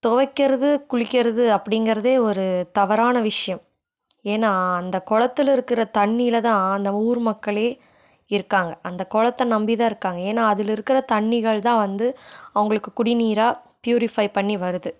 துவைக்கிறது குளிக்கிறது அப்படிங்கிறதே ஒரு தவறான விஷயம் ஏன்னா அந்த குளத்துல இருக்கிற தண்ணியில தான் அந்த ஊர் மக்களே இருக்காங்கள் அந்த குளத்த நம்பி தான் இருக்காங்கள் ஏன்னா அதில் இருக்கிற தண்ணிகள் தான் வந்து அவங்களுக்கு குடிநீராக பியூரிஃபை பண்ணி வருது